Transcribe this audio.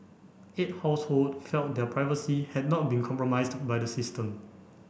eight household felt their privacy had not been compromised by the system